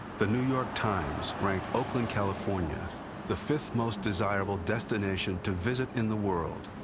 the new york times ranked oakland, california the fifth most desirable destination to visit in the world,